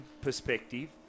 perspective